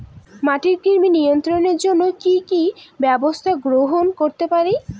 মাটির কৃমি নিয়ন্ত্রণের জন্য কি কি ব্যবস্থা গ্রহণ করতে পারি?